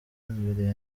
imbere